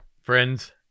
friends